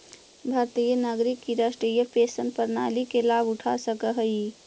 भारतीय नागरिक ही राष्ट्रीय पेंशन प्रणाली के लाभ उठा सकऽ हई